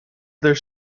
there